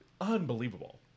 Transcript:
Unbelievable